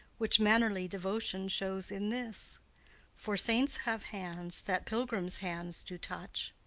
which mannerly devotion shows in this for saints have hands that pilgrims' hands do touch,